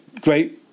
great